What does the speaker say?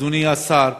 אדוני השר,